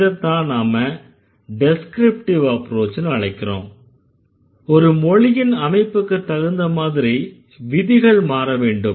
இதைத்தான் நாம் descriptive approach ன்னு அழைக்கிறோம் ஒரு மொழியின் அமைப்புக்குத் தகுந்த மாதிரி விதிகள் மாற வேண்டும்